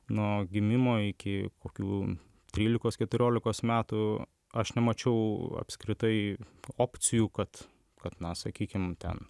nuo gimimo iki kokių trylikos keturiolikos metų aš nemačiau apskritai opcijų kad kad na sakykim ten